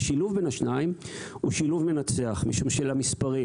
השילוב בין השניים הוא שילוב מנצח משום שלמספרים